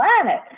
planet